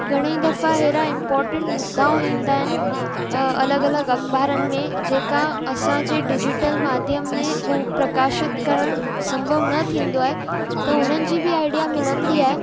घणेई दफ़ा अहिड़ा इंपोर्टेंट मुद्दाऊं ईंदा आहिनि अलॻि अलॻि अख़बारनि में जेका असांजे डिजीटल माध्यम में हू प्रकाशित करणु संभव न थींदो आहे त उन्हनि जी बि आइडिया मिलंदी आहे